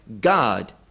God